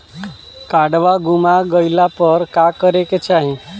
काडवा गुमा गइला पर का करेके चाहीं?